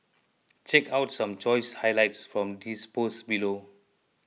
check out some choice highlights from his post below